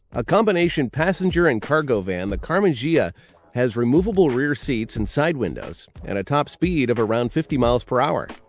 a combination combination passenger and cargo van, the karmann ghia has removable rear seats and side windows, and a top speed of around fifty miles per hour.